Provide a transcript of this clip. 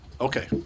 Okay